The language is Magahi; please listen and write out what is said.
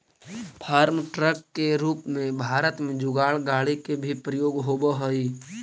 फार्म ट्रक के रूप में भारत में जुगाड़ गाड़ि के भी प्रयोग होवऽ हई